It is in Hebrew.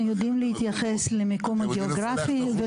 אנחנו יודעים להתייחס למקום הגיאוגרפי,